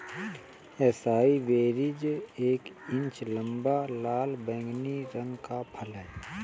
acai berries एक inch लंबा, लाल बैंगनी रंग का फल है